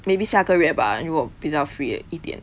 maybe 下个月吧如果比较 free 一点